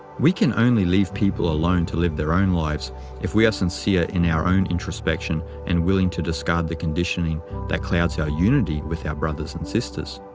we can only leave people alone to live their own lives if we are sincere in our own introspection and willing to discard the conditioning that clouds yeah our unity with our brothers and sisters.